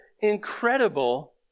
incredible